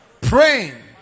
praying